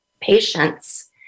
patients